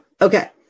Okay